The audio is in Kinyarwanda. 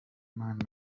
mani